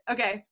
Okay